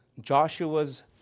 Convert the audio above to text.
Joshua's